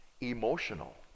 Emotional